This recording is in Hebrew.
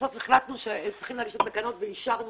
ובסוף החלטנו שצריכים להגיש את התקנות ואישרנו